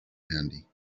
handy